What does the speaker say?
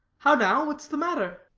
how now! what's the matter?